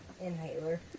Inhaler